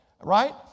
Right